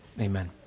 Amen